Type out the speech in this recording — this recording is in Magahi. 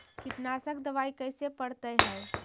कीटनाशक दबाइ कैसे पड़तै है?